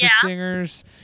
singers